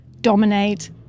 dominate